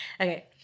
Okay